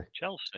Chelsea